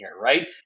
right